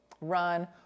Run